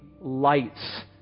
lights